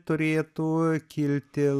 turėtų kilti